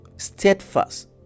Steadfast